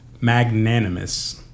Magnanimous